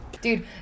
Dude